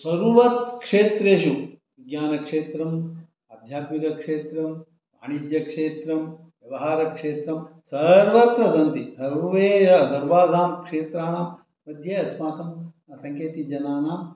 सर्वेषु क्षेत्रेषु ज्ञानक्षेत्रम् अध्यात्मिकक्षेत्रं वाणिज्यक्षेत्रं व्यवहारक्षेत्रं सर्वत्र सन्ति सर्वासां क्षेत्राणां मध्ये अस्माकं सङ्केतीजनानां